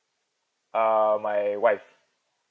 uh my wife